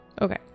Okay